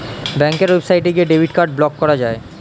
ব্যাঙ্কের ওয়েবসাইটে গিয়ে ডেবিট কার্ড ব্লক করা যায়